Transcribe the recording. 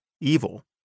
evil